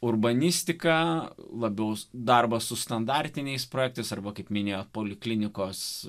urbanistiką labiau darbą su standartiniais projektais arba kaip mini poliklinikos